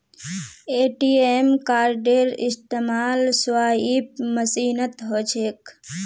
ATM कार्डेर इस्तमाल swipe मशीनत ह छेक